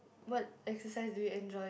what exercise do you enjoy